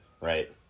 right